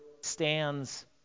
stands